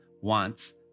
wants